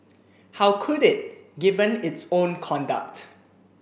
how could it given its own conduct